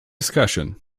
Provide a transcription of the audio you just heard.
discussion